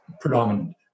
predominant